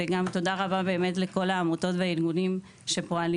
וגם תודה רבה באמת לכל העמותות והארגונים שפועלים